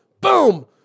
Boom